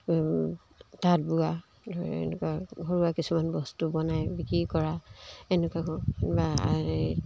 তাঁত বোৱা ধ এনেকুৱা ঘৰুৱা কিছুমান বস্তু বনায় বিক্ৰী কৰা এনেকুৱা কৰবা